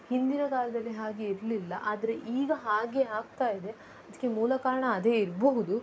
ಹಿಂದಿನ ಕಾಲದಲ್ಲಿ ಹಾಗೆ ಇರಲಿಲ್ಲ ಆದರೆ ಈಗ ಹಾಗೆ ಆಗ್ತಾಯಿದೆ ಅದಕ್ಕೆ ಮೂಲ ಕಾರಣ ಅದೇ ಇರಬಹುದು